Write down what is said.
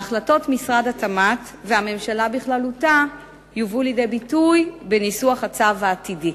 החלטות משרד התמ"ת והממשלה בכללותה יובאו לידי ביטוי בניסוח הצו העתידי.